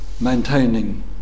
maintaining